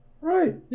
Right